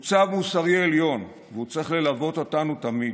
הוא צו מוסרי עליון, והוא צריך ללוות אותנו תמיד.